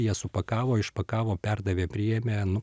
jie supakavo išpakavo perdavė priėmė nu